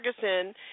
Ferguson